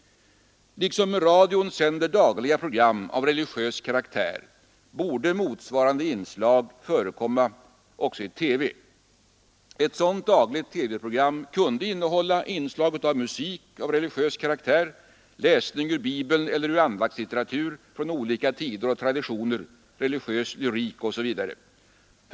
Radion sänder dagligen program av religös karaktär. Motsvarande inslag borde förekomma också i TV. Ett sådant dagligt TV-program kunde innehålla inslag av musik av religös karaktär, läsning ur Bibeln eller ur andaktslitteratur från olika tider och traditioner, religös lyrik, osv.